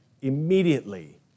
immediately